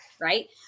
right